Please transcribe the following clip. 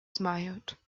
smiled